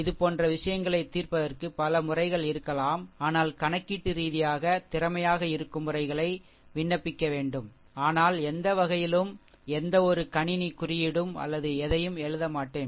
இதுபோன்ற விஷயங்களைத் தீர்ப்பதற்கு பல முறைகள் இருக்கலாம் ஆனால் கணக்கீட்டு ரீதியாக திறமையாக இருக்கும் முறைகளை விண்ணப்பிக்க வேண்டும் ஆனால் எந்த வகையிலும் எந்தவொரு கணினி குறியீடும் அல்லது எதையும் எழுத மாட்டேன்